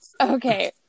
Okay